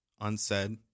unsaid